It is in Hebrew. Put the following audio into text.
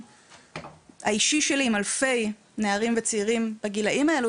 האישי שלי עם אלפי נערים וצעירים בגילאים האלו,